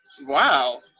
Wow